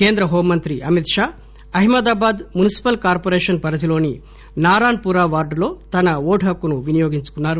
కేంద్ర హోమ్ మంత్రి Amit షాఅహ్మదాబాద్ municipal corporation పరిధిలోని నారాన్ పురా వార్డులో తన ఓటు హక్కును వినియోగించుకున్నారు